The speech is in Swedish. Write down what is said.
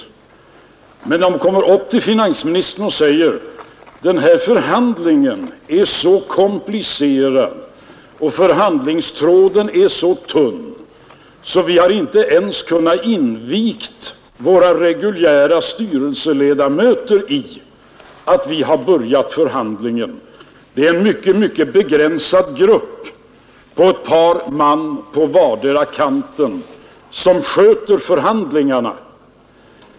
Men hur gör man, om de kommer upp till finansministern och säger att den förhandling de påbörjat är så komplicerad och förhandlingstråden så tunn, att de inte ens kunnat inviga sina reguljära styrelseledamöter i att man börjat förhandla — när en mycket, mycket begränsad grupp bestående av ett par man på vardera kanten sköter förhandlingarna?